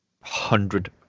Hundred